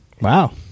Wow